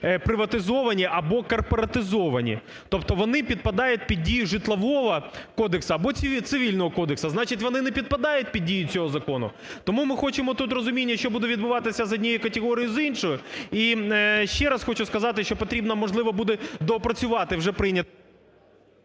приватизовані або корпоратизовані? Тобто вони підпадають під дію Житлового кодексу або Цивільного кодексу. Значить вони не підпадають під дію цього закону? Тому ми хочемо тут розуміння, що буде відбуватися з однією категорією і з іншою. І ще раз хочу сказати, що потрібно, можливо, буде доопрацювати вже…